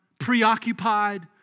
preoccupied